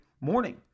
morning